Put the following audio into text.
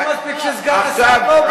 לא מספיק שסגן השר לא בא,